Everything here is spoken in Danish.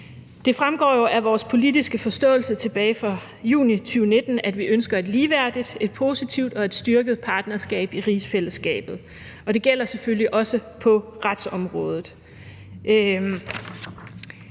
Det fremgår jo af vores politiske forståelsespapir tilbage fra juni 2019, at vi ønsker et ligeværdigt, et positivt og et styrket partnerskab i rigsfællesskabet, og det gælder selvfølgelig også på retsområdet.